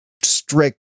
strict